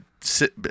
sit